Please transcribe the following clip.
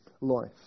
Life